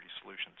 solutions